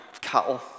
cattle